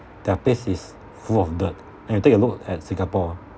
their place is full of dirt and you take a look at singapore